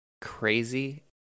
crazy